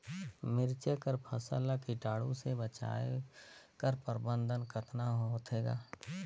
मिरचा कर फसल ला कीटाणु से बचाय कर प्रबंधन कतना होथे ग?